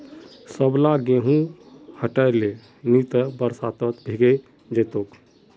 सबला गेहूं हटई ले नइ त बारिशत भीगे जई तोक